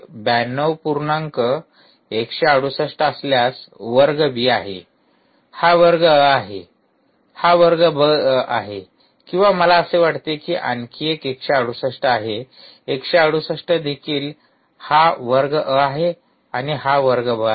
168 असल्यास वर्ग बी आहे हा वर्ग अ आहे हा वर्ग ब आहे किंवा मला असे वाटते की आणखी एक १६८ आहे १६८ देखील हा वर्ग अ आहे आणि हा वर्ग ब आहे